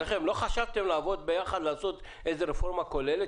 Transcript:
לא חשבתם לעבוד יחד ולעשות רפורמה כוללת